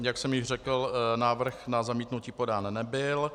Jak jsem již řekl, návrh na zamítnutí podán nebyl.